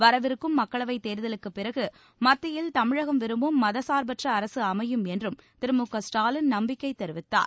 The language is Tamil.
வரவிருக்கும் மக்களவைத் தேர்தலுக்குப் பிறகு மத்தியில் தமிழகம் விரும்பும் மதச்சார்பற்ற அரசு அமையும் என்றும் திரு மு க ஸ்டாலின் நம்பிக்கை தெரிவித்தார்